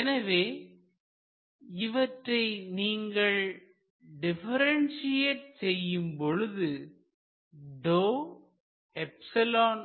எனவே இவற்றை நீங்கள் டிபரன்சியேட் செய்யும்பொழுது மற்றும்